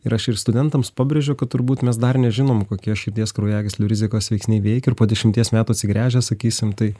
ir aš ir studentams pabrėžiu kad turbūt mes dar nežinom kokie širdies kraujagyslių rizikos veiksniai veikia po dešimties metų atsigręžę sakysim tai